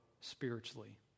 spiritually